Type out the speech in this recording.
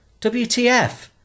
WTF